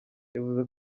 yavuze